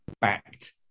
backed